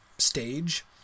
stage